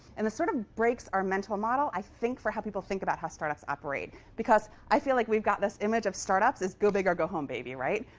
and this sort of breaks our mental model, i think, for how people think about how startups operate. because i feel like we've got this image of startups as go big or go home, baby. right?